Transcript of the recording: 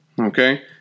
Okay